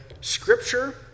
Scripture